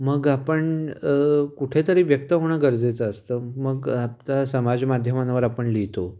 मग आपण कुठेतरी व्यक्त होणं गरजेचं असतं मग आता समाजमाध्यमांवर आपण लिहितो